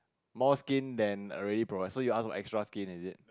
more skin than already provided so you ask for extra skin is it